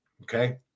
okay